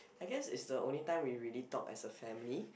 I guess it's the only time we really talk as a family